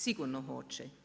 Sigurno hoće.